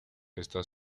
está